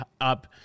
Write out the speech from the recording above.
up